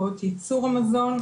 או את ייצור המזון,